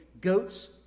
goat's